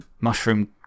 mushroom